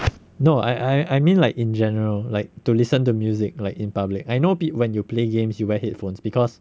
no I I mean like in general like to listen to music like in public I know when you play games you wear headphones because